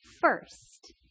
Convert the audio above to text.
first